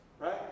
Right